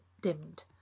dimmed